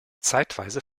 zeitweise